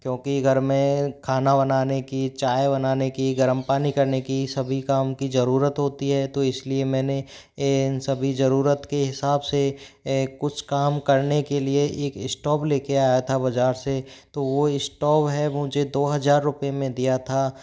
क्योंकि घर में खाना बनाने की चाय बनाने की गर्म पानी करने की सभी काम की जरूरत होती है तो इसलिए मैंने इन सभी जरूरत के हिसाब से कुछ काम करने के लिए एक इस्टॉब लेके आया था बजार से तो वो इस्टॉव है मुझे दो हजार रूपए में दिया था